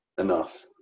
enough